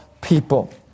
people